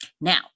Now